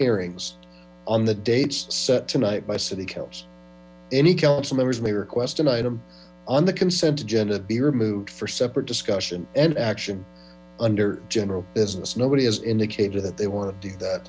hearings on the dates set tonight by city council any council members may request an item on the consent agenda be removed for separate discussion and action under general business nobody has indicated that they want to do that